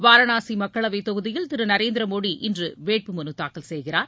வாரணாசி மக்களவை தொகுதியில் திரு நரேந்திர மோடி இன்று வேட்பு மனு தாக்கல் செய்கிறார்